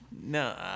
no